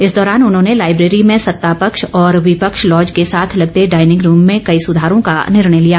इस दौरान उन्होंने लाइब्रेरी में सत्ता पक्ष और विपक्ष लॉज के साथ लगते डायनिंग रूम में कई सुधारों का निर्णय लिया